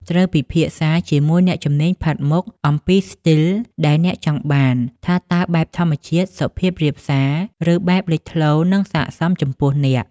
ត្រូវពិភាក្សាជាមួយអ្នកជំនាញផាត់មុខអំពីស្ទីលដែលអ្នកចង់បាន ថាតើបែបធម្មជាតិ សុភាពរាបសា ឬបែបលេចធ្លោនឹងសាកសមចំពោះអ្នក ។